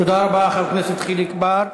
תודה רבה לחבר הכנסת חיליק בר.